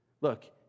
Look